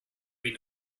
been